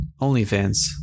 OnlyFans